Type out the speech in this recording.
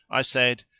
i said,